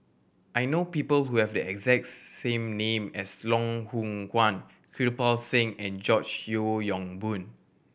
I know people who have the exact same name as Loh Hoong Kwan Kirpal Singh and George Yeo Yong Boon